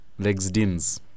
Legsdins